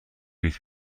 لیتر